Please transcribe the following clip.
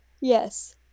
Yes